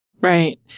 Right